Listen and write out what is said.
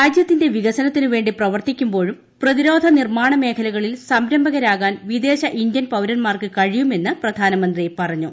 രാജ്യത്തിന്റെ വിക്ട്സുന്ത്തിനുവേണ്ടി പ്രവർത്തിക്കുമ്പോഴും പ്രെതിരോധ നിർമ്മാണ മേഖലകളിൽ സംരംഭകരാകാൻ വിദേശ് ഇന്ത്യൻ പൌരന്മാർക്ക് കഴിയുമെന്ന് പ്രധാനമന്ത്രി പറഞ്ഞു